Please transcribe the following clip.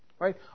Right